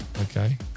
Okay